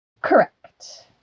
Correct